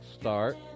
start